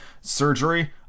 surgery